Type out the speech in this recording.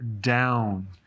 down